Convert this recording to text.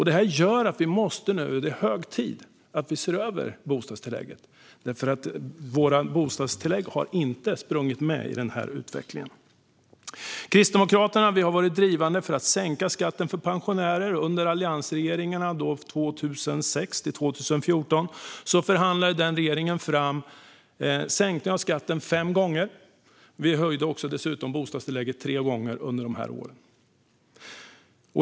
Detta gör att det nu är hög tid att vi ser över bostadstillägget, eftersom det inte har följt med i denna utveckling. Kristdemokraterna har varit drivande för att sänka skatten för pensionärer. Under alliansregeringarna 2006-2014 förhandlade vi fram en sänkning av skatten fem gånger. Vi höjde dessutom bostadstillägget tre gånger under dessa år.